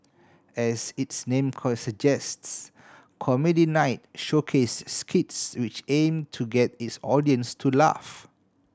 as its name suggests Comedy Night showcase skits which aim to get its audience to laugh